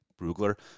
Brugler